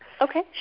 Okay